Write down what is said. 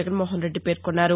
జగన్మోహనరెడ్డి పేర్కొన్నారు